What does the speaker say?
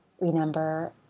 Remember